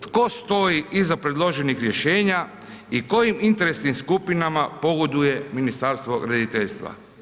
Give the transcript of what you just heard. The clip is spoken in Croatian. Tko stoji iza predloženih rješenja i kojim interesnim skupinama pogoduje Ministarstvo graditeljstva?